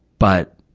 but,